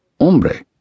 Hombre